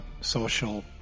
social